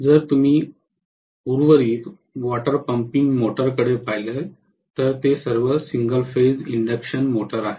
जर तुम्ही उर्वरित वॉटर पंपिंग मोटरकडे पाहिले तर ते सर्व सिंगल फेज इंडक्शन मोटर आहेत